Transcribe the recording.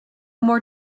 more